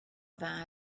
dda